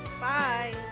Bye